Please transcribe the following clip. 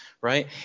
Right